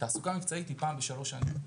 תעסוקה מבצעית היא פעם בשלוש שנים.